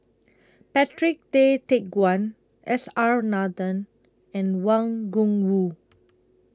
Patrick Tay Teck Guan S R Nathan and Wang Gungwu